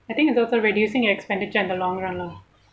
I think it's also reducing expenditure in the long run lor